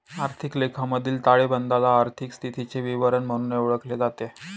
आर्थिक लेखामधील ताळेबंदाला आर्थिक स्थितीचे विवरण म्हणूनही ओळखले जाते